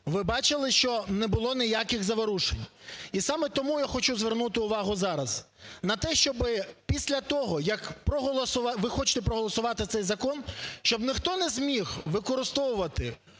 ви бачили, що не було ніяких заворушень. І саме тому я хочу звернути увагу зараз на те, щоб після того, як ви хочете проголосувати цей закон, щоб ніхто не зміг використовувати